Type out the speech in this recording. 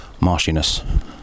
marshiness